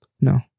no